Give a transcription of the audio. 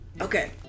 Okay